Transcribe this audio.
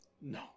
no